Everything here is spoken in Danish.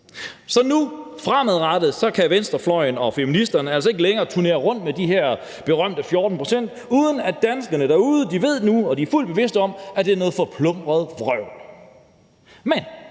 Så fremadrettet kan venstrefløjen og feministerne nu altså ikke længere turnere rundt med de her berømte 14 pct., uden at danskerne derude nu ved og er fuldt bevidste om, at det er noget forblommet vrøvl. Men